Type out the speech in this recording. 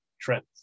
trends